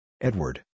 Edward